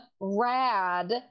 RAD